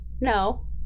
No